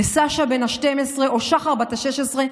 לסשה בן ה-12 או שחר בת ה-16,